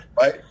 Right